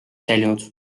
säilinud